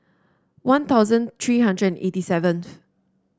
One Thousand three hundred and eighty seventh